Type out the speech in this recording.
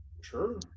sure